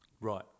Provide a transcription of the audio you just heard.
Right